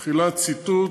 תחילת ציטוט: